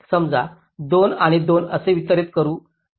समजा 2 आणि 2 असे वितरित करू